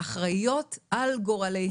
אחראיות על גורלן